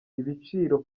ibiciro